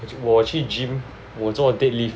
which 我去 gym 我做 dead lift